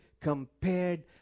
compared